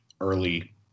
early